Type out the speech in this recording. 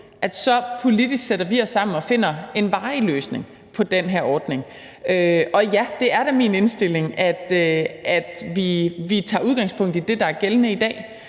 så udløber, sætter vi os sammen og finder politisk en varig løsning på den her ordning. Og ja, det er da min indstilling, at vi tager udgangspunkt i det, der er gældende i dag,